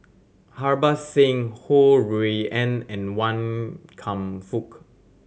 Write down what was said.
Harbans Singh Ho Rui An and Wan Kam Fook